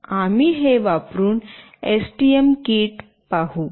आम्ही हे वापरून एसटीएम किट पाहू